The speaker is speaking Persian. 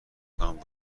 کنم